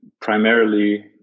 primarily